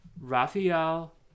Raphael